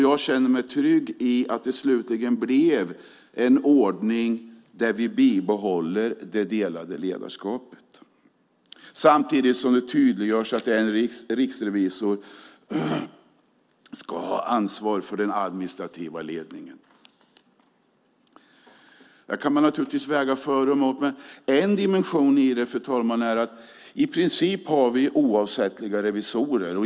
Jag känner mig trygg i att det slutligen blev en ordning där vi bibehåller det delade ledarskapet samtidigt som det tydliggörs att en riksrevisor ska ha ansvar för den administrativa ledningen. Här kan man naturligtvis väga för och emot, men en dimension i det, fru talman, är att vi i princip har oavsättliga revisorer.